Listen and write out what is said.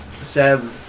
Seb